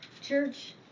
Church